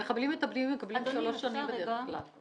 מחבלים מתאבדים מקבלים שלוש שנים בדרך כלל,